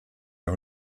der